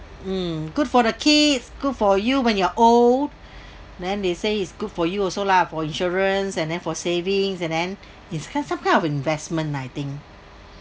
mm good for the kids good for you when you're old then they say it's good for you also lah for insurance and then for savings and then it's kind some kind of investment lah I think